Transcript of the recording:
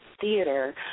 theater